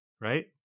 right